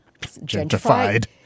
gentrified